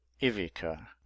ivica